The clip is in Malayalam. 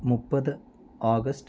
മുപ്പത് ഓഗസ്റ്റ്